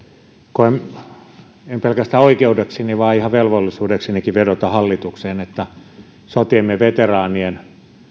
koen en pelkästään oikeudekseni vaan ihan velvollisuudeksenikin vedota hallitukseen että sotiemme veteraanien